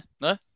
No